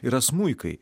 yra smuikai